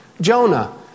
Jonah